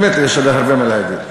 באמת יש לי הרבה מה להגיד.